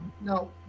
No